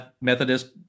Methodist